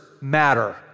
matter